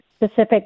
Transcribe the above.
specific